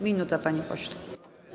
Minuta, panie pośle.